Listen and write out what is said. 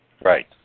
Right